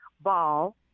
ball